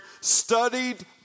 studied